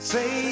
Say